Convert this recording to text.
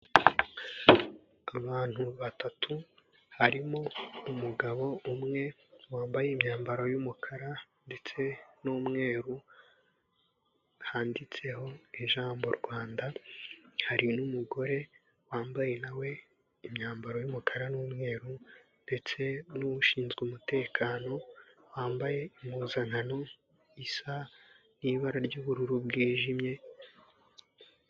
Abantu batatu harimo umugabo umwe wambaye imyambaro y'umukara ndetse n'umweru handitseho ijambo rwanda hari n'umugore wambaye nawe imyambaro y'umukara n'umweru ndetse n'ushinzwe umutekano wambaye impuzankano isa n'ibara ry'ubururu bwijimye.